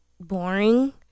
boring